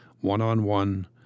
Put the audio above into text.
one-on-one